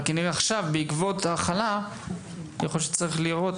אבל כנראה עכשיו בעקבות ההכלה יש צורך.